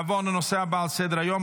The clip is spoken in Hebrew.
נעבור לנושא הבא על סדר-היום,